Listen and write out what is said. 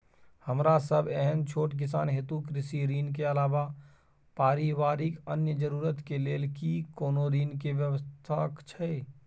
हमरा सब एहन छोट किसान हेतु कृषि ऋण के अलावा पारिवारिक अन्य जरूरत के लेल की कोनो ऋण के व्यवस्था छै?